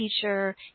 teacher